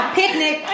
picnic